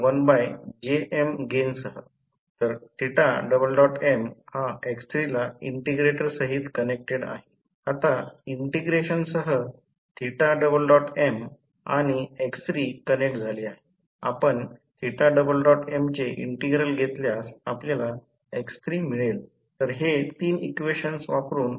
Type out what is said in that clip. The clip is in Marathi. आणि ते कसे आहे ते पहा आणि हे करण्यापूर्वी 3 फेज इंडक्शन मोटर पाहू मी सुरुवातीलाच सांगतो की जेव्हा जेव्हा विद्यालयामध्ये याचा अभ्यास केला जाईल तेव्हा प्रयोगशाळा पहा की ओपन इंडक्शन मशीन वाउंड च्या रोटर इंडक्शन मशीन तसेच स्क्विरल केज इंडक्शन मोटर दोन्ही वाउंड च्या रोटर तसेच स्क्विरल केजला इंडक्शन मोटर ही उघड्या गोष्टी दिसतात